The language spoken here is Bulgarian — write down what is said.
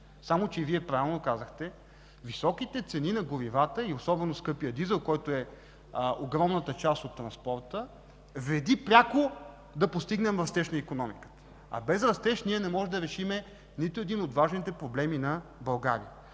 Само че Вие правилно казахте – високите цени на горивата и особено скъпият дизел, на който е огромна част от транспорта, вреди пряко да постигнем растеж на икономиката. А без растеж ние не можем да решим нито един от важните проблеми на България.